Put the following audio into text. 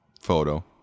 photo